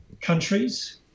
countries